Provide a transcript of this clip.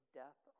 death